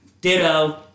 Ditto